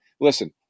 listen